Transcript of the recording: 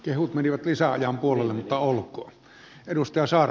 kehut menivät lisäajan puolelle mutta olkoon